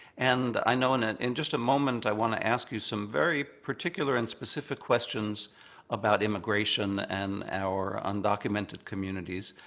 and i know in ah in just a moment, i want to ask you some very particular and specific questions about immigration and our undocumented communities.